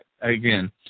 again